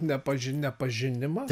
nepaži nepažinimas